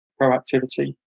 proactivity